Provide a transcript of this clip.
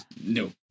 No